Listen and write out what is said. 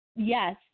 Yes